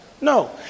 No